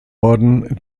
orden